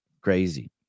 Crazy